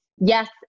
yes